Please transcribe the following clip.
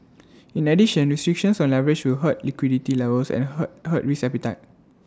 in addition restrictions on leverage will hurt liquidity levels and hurt hurt risk appetite